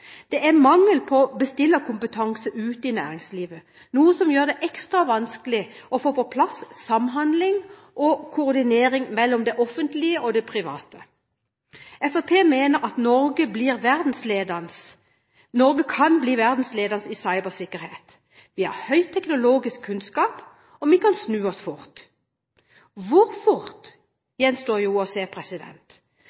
Det er mangel på bestillerkompetanse i næringslivet, noe som gjør det ekstra vanskelig å få på plass samhandling og koordinering mellom det offentlige og det private. Fremskrittspartiet mener at Norge kan bli verdensledende i cybersikkerhet. Vi har høy teknologisk kunnskap, og vi kan snu oss fort. Hvor fort,